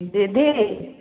दीदी